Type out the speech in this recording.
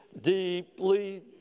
Deeply